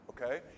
Okay